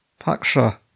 Paksha